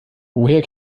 woher